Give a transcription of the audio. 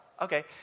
okay